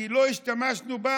כי לא השתמשנו בה,